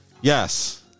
Yes